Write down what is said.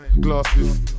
Glasses